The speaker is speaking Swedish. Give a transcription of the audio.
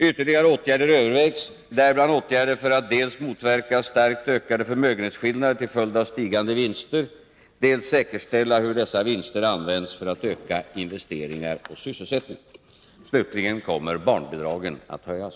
Ytterligare åtgärder övervägs, däribland åtgärder för att dels motverka starkt ökade förmögenhetsskillnader till följd av stigande vinster, dels säkerställa hur dessa vinster används för att öka investeringar och sysselsättning. Barnbidragen kommer att höjas.